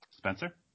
Spencer